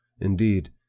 Indeed